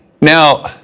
Now